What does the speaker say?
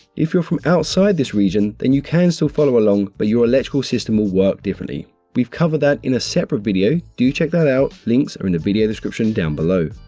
if you're from outside this region, then you can still so follow along but your electrical system will work differently. we've covered that in a separate video. do check that out. links are in the video description down below.